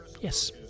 yes